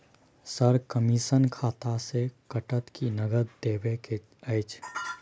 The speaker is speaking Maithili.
सर, कमिसन खाता से कटत कि नगद देबै के अएछ?